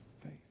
faith